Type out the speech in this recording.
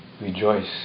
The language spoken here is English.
Rejoice